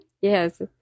Yes